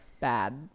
bad